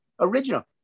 original